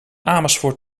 amersfoort